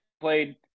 played